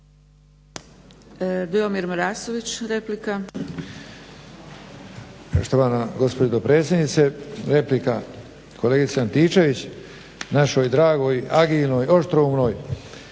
Dujomir Marasović, replika.